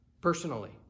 personally